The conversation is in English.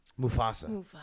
Mufasa